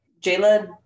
Jayla